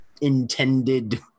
intended